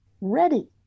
ready